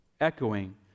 echoing